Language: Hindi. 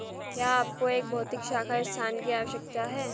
क्या आपको एक भौतिक शाखा स्थान की आवश्यकता है?